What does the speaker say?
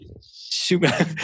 super